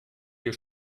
dir